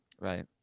Right